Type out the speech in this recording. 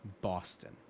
Boston